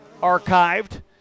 archived